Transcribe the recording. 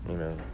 Amen